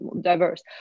diverse